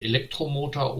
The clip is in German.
elektromotor